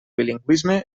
bilingüisme